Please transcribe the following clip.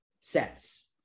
Sets